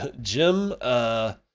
Jim